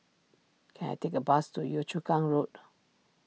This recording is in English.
can I take a bus to Yio Chu Kang Road